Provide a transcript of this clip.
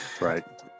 Right